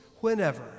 whenever